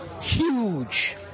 huge